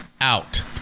out